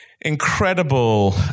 incredible